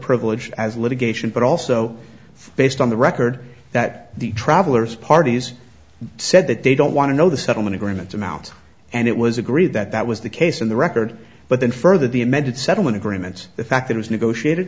privileged as litigation but also based on the record that the traveller's parties said that they don't want to know the settlement agreements amount and it was agreed that that was the case in the record but then further the amended settlement agreements the fact that was negotiate